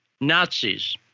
Nazis